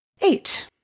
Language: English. Eight